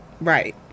Right